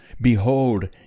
BEHOLD